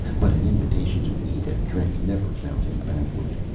but an invitation to eat and drink never found him backward.